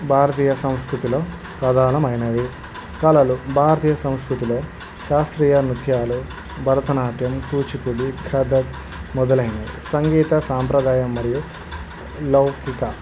భారతీయ సంస్కృతిలో ప్రధానమైనవి కళలు భారతీయ సంస్కృతిలో శాస్త్రీయ నృత్యాలు భరతనాట్యం కూచిపూడి కథక్ మొదలైనవి సంగీత సాంప్రదాయం మరియు లౌకిక